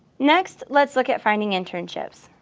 next, let's look at finding internships.